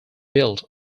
built